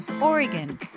Oregon